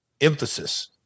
emphasis